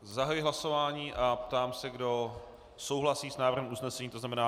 Zahajuji hlasování a ptám se, kdo souhlasí s návrhem usnesení, to znamená...